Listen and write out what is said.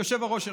היושב-ראש ירשה.